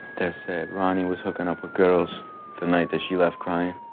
that said ronnie was hooking up with girls the night that she left crying.